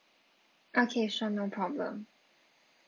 okay sure no problem